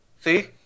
see